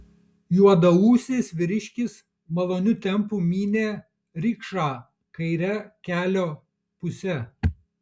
juodaūsis vyriškis maloniu tempu mynė rikšą kaire kelio puse